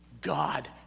God